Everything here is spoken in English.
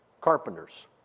carpenters